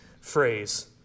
phrase